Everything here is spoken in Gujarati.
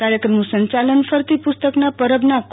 કાર્યક્રમનું સંચાલન ફરતી પુસ્તક પરબના કો